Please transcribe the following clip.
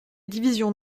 division